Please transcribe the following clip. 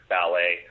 Ballet